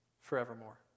forevermore